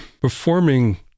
performing